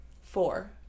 Four